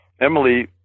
Emily